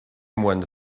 moine